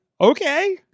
okay